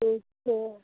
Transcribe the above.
अच्छा